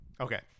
Okay